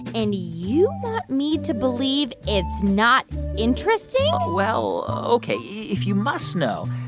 and you want me to believe it's not interesting? well, ok, if you must know,